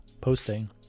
posting